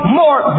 more